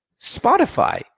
Spotify